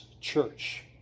church